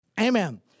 Amen